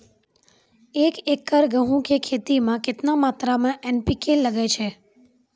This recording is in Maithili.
एक एकरऽ गेहूँ के खेती मे केतना मात्रा मे एन.पी.के लगे छै?